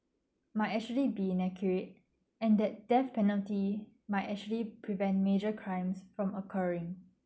might actually be inaccurate and that death penalty might actually prevent major crimes from occurring